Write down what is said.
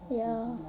ya